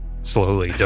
slowly